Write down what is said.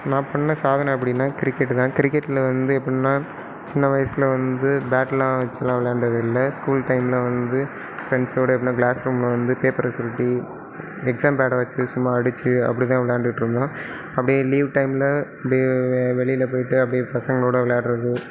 நான் பண்ண சாதனை அப்படின்னா கிரிக்கெட்டு தான் கிரிக்கெட்டில் வந்து எப்படின்னா சின்ன வயசில் வந்து பேட்லாம் வச்சுலாம் விளையாண்டதில்ல ஸ்கூல் டைமில் வந்து ஃப்ரெண்ட்ஸோட எப்படின்னா கிளாஸ் ரூமில் வந்து பேப்பரை சுருட்டி எக்ஸாம் பேடை வச்சு சும்மா அடித்து அப்படிதான் விளையாண்டுட்ருந்தோம் அப்படியே லீவ் டைமில் அப்படியே வெளியில் போய்விட்டு அப்படியே பசங்களோடு விளையாடுறது